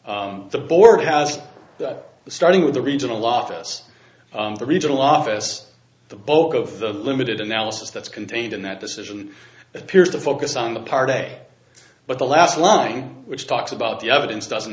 the board has starting with the regional office the regional office the bulk of the limited analysis that's contained in that decision appears to focus on the part a but the last line which talks about the evidence doesn't